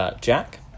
Jack